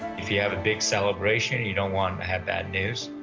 if you have a big celebration, you don't want to have bad news.